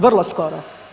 Vrlo skoro.